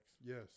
Yes